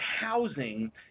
housing